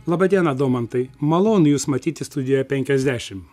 laba diena domantai malonu jus matyti studijoje penkiasdešim